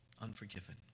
Unforgiven